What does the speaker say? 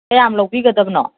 ꯀꯌꯥꯝ ꯂꯧꯕꯤꯒꯗꯕꯅꯣ